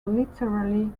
literary